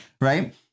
Right